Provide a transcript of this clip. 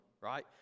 right